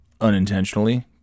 unintentionally